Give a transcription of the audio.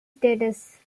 states